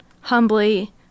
humbly